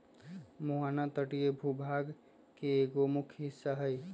मुहाना तटीय भूभाग के एगो मुख्य हिस्सा हई